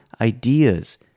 ideas